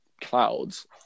clouds